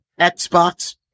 Xbox